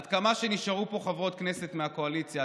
עד כמה שנשארו פה חברות כנסת מהקואליציה,